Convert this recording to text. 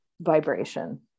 vibration